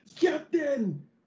captain